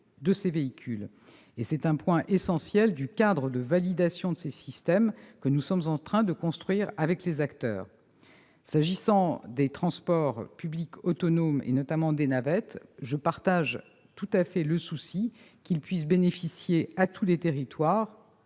de ces véhicules. C'est un point essentiel du cadre de validation de ces systèmes que nous sommes en train de construire avec les acteurs. S'agissant des transports publics autonomes et notamment des navettes, je partage tout à fait le souci qu'ils puissent bénéficier à tous les territoires,